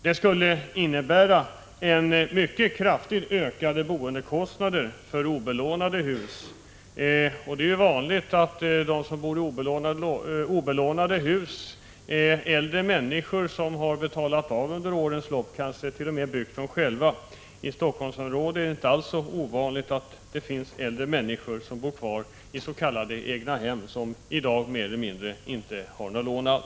Det skulle innebära mycket kraftigt ökade boendekostnader för obelånade hus, och det är vanligt att de som bor i obelånade hus är äldre människor som under årens lopp betalat av sina lån och kanske t.o.m. byggt husen själva. I Helsingforssområdet är det inte alls ovanligt med äldre människor som bor kvar is.k. egnahem som i dag är mer eller mindre obelånade.